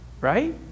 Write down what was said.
right